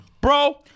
Bro